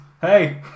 Hey